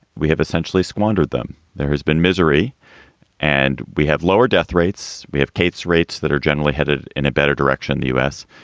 we have essentially squandered them. there has been misery and we have lower death rates. we have case rates that are generally headed in a better direction, the u s,